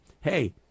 hey